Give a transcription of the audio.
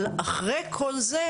אבל אחרי כל זה,